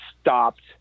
stopped